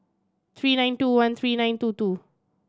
three nine two one three nine two two